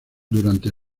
durante